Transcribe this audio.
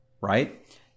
right